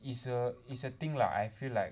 it's a it's a thing lah I feel like